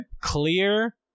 clear